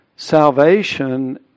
salvation